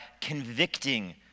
convicting